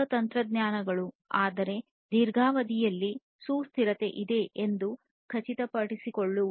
ಹೊಸ ತಂತ್ರಜ್ಞಾನಗಳು ಆದರೆ ದೀರ್ಘಾವಧಿಯಲ್ಲಿ ಸುಸ್ಥಿರತೆ ಇದೆ ಎಂದು ಖಚಿತಪಡಿಸಿಕೊಳ್ಳುವುದು